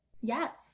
Yes